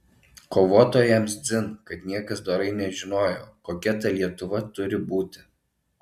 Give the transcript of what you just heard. kovotojams dzin kad niekas dorai nežinojo kokia ta lietuva turi būti